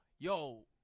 Yo